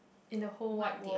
in the whole wide world